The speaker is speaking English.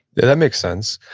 that makes sense.